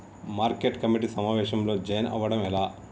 Market committee సమావేశంలో join అవ్వడం ఎలా?